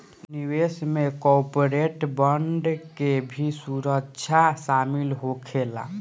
निवेश में corporate bond के भी सुरक्षा शामिल होखेला